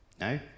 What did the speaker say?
No